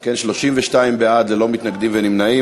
כן, 32 בעד, ללא מתנגדים וללא נמנעים.